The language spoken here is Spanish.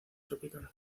tropical